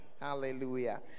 Hallelujah